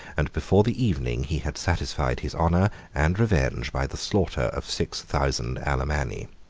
and before the evening he had satisfied his honor and revenge by the slaughter of six thousand alemanni.